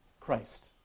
Christ